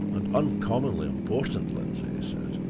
and uncommonly important, lindsey! he said.